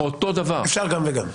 אפשר גם וגם.